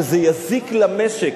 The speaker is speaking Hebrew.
שזה יזיק למשק,